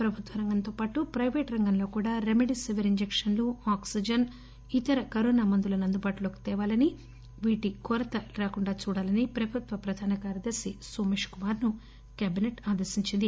ప్రభుత్వ రంగంతోపాటు పైపేట్ రంగంలో కూడా రెమిడిసివిర్ ఇంజక్షన్లు ఆక్సిజన్ ఇతర కరోనా మందులను అందుబాటులోకి తేవాలని వీటి కొరత రాకుండా చూడాలని ప్రభుత్వ ప్రధాన కార్యదర్శి నోమేశ్ కుమార్ ను క్యాబిసెట్ ఆదేశించింది